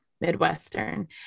Midwestern